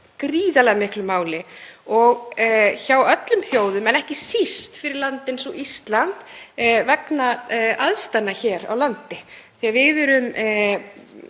gríðarlega miklu máli hjá öllum þjóðum, en ekki síst fyrir land eins og Ísland vegna aðstæðna hér á landi. Við erum